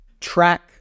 track